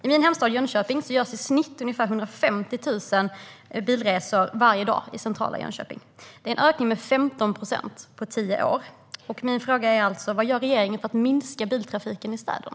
I min hemstad Jönköping görs i snitt ungefär 150 000 bilresor varje dag. Det har skett en ökning med 15 procent på tio år. Min fråga är: Vad gör regeringen för att minska biltrafiken i städerna?